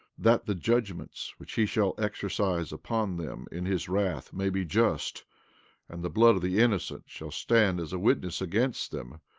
that the judgments which he shall exercise upon them in his wrath may be just and the blood of the innocent shall stand as a witness against them,